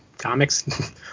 Comics